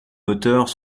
moteurs